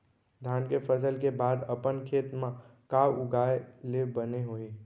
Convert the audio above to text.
धान के फसल के बाद अपन खेत मा का उगाए ले बने होही?